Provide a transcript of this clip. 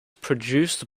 produced